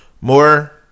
more